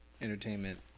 entertainment